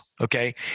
Okay